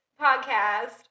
podcast